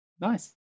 Nice